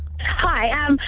Hi